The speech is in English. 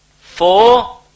four